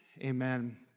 Amen